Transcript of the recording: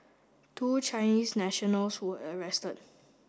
two Chinese nationals were arrested